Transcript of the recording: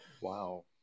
Wow